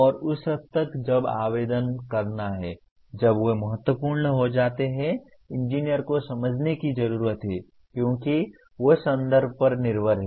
और उस हद तक जब आवेदन करना है जब वे महत्वपूर्ण हो जाते हैं एक इंजीनियर को समझने की जरूरत है क्योंकि वे संदर्भ पर निर्भर हैं